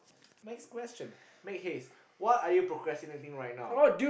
next question make haste what are you procrastinating right now